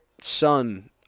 son